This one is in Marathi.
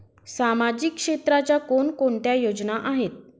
सामाजिक क्षेत्राच्या कोणकोणत्या योजना आहेत?